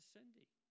Cindy